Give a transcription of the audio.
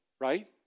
right